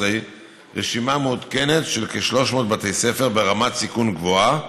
רשימה מעודכנת של כ-300 בתי ספר ברמת סיכון גבוהה,